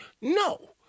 No